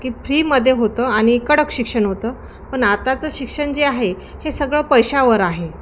की फ्रीमध्ये होतं आणि कडक शिक्षण होतं पण आताचं शिक्षण जे आहे हे सगळं पैशावर आहे